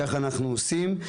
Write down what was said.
ככה אנחנו עושים.